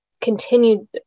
continued